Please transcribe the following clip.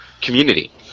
community